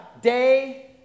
day